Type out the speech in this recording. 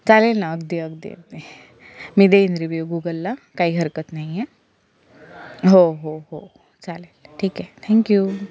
चालेल ना अगदी अगदी मी देईन रिव्यू गुगलला काही हरकत नाही आहे हो हो हो चालेल ठीक आहे थॅंक्यू